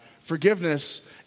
Forgiveness